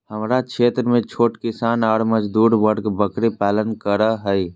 हमरा क्षेत्र में छोट किसान ऑर मजदूर वर्ग बकरी पालन कर हई